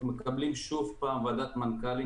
אנחנו מקבלים שוב פעם ועדת מנכ"לים,